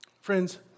Friends